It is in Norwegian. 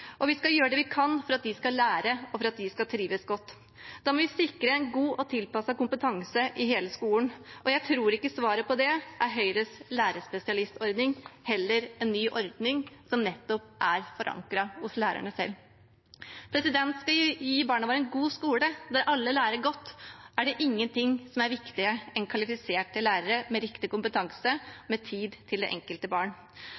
og vi skal gjøre det vi kan for at de skal lære, og for at de skal trives godt. Da må vi sikre en god og tilpasset kompetanse i hele skolen. Jeg tror ikke svaret på det er Høyres lærerspesialistordning, heller en ny ordning som nettopp er forankret hos lærerne selv. Skal vi gi barna våre en god skole der alle lærer godt, er det ingenting som er viktigere enn kvalifiserte lærere med riktig kompetanse og tid til det enkelte barn.